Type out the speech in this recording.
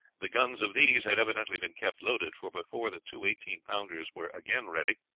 the guns of these had evidently been kept loaded, for before the two eighteen pounders were again ready,